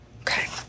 Okay